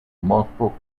multiple